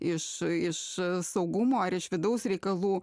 iš iš saugumo ar iš vidaus reikalų